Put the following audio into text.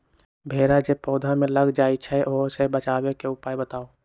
भेरा जे पौधा में लग जाइछई ओ से बचाबे के उपाय बताऊँ?